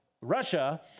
Russia